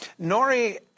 Nori